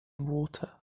water